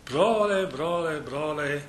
broliai broliai broliai